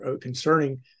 concerning